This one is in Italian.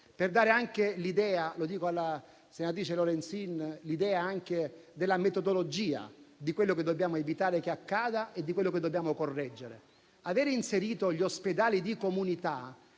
per dare anche l'idea - lo dico alla senatrice Lorenzin - della metodologia, di quello che dobbiamo evitare che accada e di quello che dobbiamo correggere. Avere inserito gli ospedali di comunità